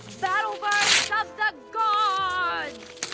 battleverse of the gooooooods!